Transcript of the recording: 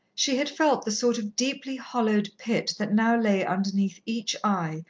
she had felt the sort of deeply-hollowed pit that now lay underneath each eye,